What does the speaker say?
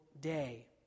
day